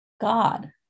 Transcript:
God